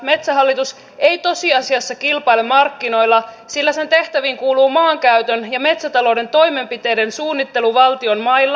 metsähallitus ei tosiasiassa kilpaile markkinoilla sillä sen tehtäviin kuuluu maankäytön ja metsätalouden toimenpiteiden suunnittelu valtion mailla